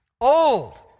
old